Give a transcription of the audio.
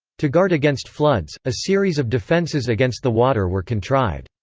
to guard against floods, a series of defences against the water were contrived.